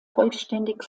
vollständig